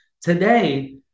Today